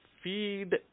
feed